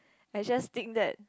I just think that